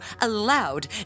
allowed